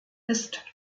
ist